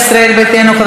אדוני.